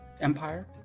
empire